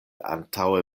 antaŭe